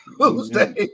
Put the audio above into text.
Tuesday